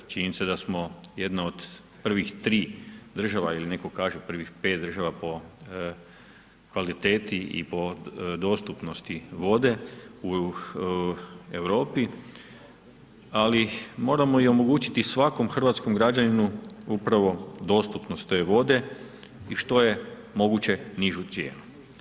Činjenica je da smo jedno od prvih 3 država ili neko kaže, prvih 5 država po kvaliteti i po dostupnosti vode u Europi, ali moramo i omogućiti svakom hrvatskom građaninu, upravo dostupnost te vode i što je moguće nižu cijenu.